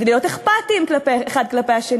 זה להיות אכפתיים אחד כלפי השני.